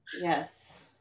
yes